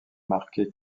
marquer